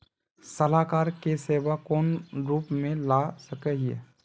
सलाहकार के सेवा कौन कौन रूप में ला सके हिये?